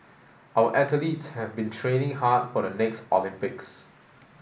our athletes have been training hard for the next Olympics